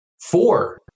four